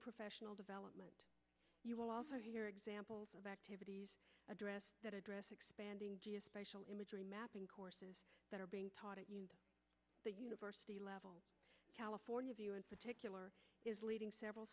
professional development you will also hear examples of activities addressed that address expanding special imagery mapping courses that are being taught at the university level california view in particular is leading several